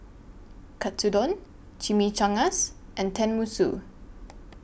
Katsudon Chimichangas and Tenmusu